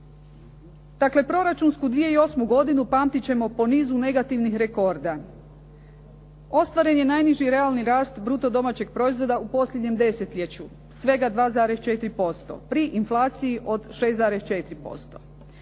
Dakle, proračunsku 2008. godinu pamtit ćemo po nizu negativnih rekorda. Ostvaren je najniži realni rast bruto domaćeg proizvoda u posljednjem desetljeću, svega 2,4% pri inflaciji od 6,4%.